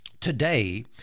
today